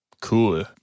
Cool